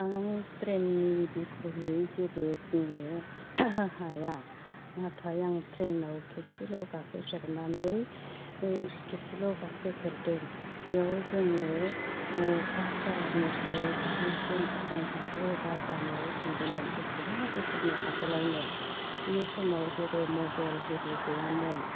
आं ट्रेननि बिख'यै जेबो बुंनो हाया नाथाय आं ट्रेनाव खेबसेल' गाखोफेरनानै खेबसेल' गाखोफेरदों बेयाव जोङो पाठसालानिफ्राय टिहुसिम आसाम सायित्य सभा जानायाव थांदोमोन बेसेबा बोसोरनि आगोलावनो बि समाव जेबो मबाइल हिरि गैयामोन